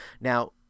Now